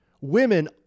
Women